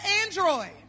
Android